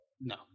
No